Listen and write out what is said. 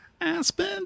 Aspen